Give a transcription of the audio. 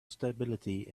stability